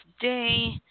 today